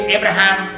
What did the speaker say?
Abraham